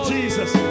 Jesus